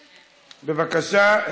בבקשה.